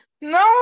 no